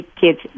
kids